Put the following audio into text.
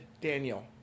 daniel